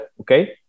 okay